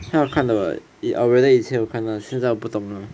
他有看的 [what] or whether 以前有看 lah 现在我不懂 lah